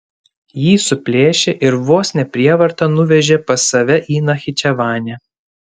jį suplėšė ir vos ne prievarta nuvežė pas save į nachičevanę